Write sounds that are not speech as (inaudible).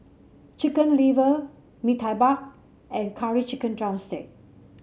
Chicken Liver Bee Tai (unintelligible) and Curry Chicken drumstick